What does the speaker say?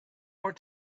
more